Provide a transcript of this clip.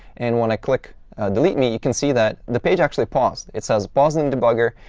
and when i click delete me, you can see that the page actually paused. it says, pausing debugger.